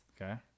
Okay